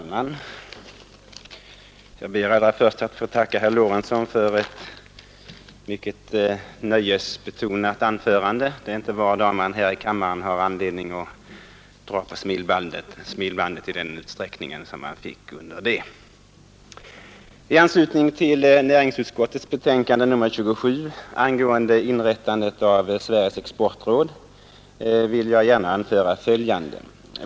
Fru talman! Jag ber allra först att få tacka herr Lorentzon för ett mycket nöjesbetonat anförande. Det är inte var dag man här i kammaren har anledning att dra på smilbandet i en sådan utsträckning. I anslutning till näringsutskottets betänkande nr 27 angående inrättandet av Sveriges ex portråd vill jag gärna anföra följande.